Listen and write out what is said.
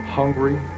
hungry